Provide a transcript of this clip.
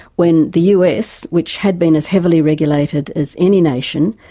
when the us, which had been as heavily regulated as any nation,